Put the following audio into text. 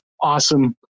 awesome